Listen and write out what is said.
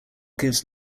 gives